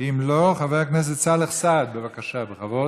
ואם לא, חבר הכנסת סאלח סעד, בבקשה, בכבוד,